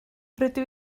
rydw